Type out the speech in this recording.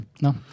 No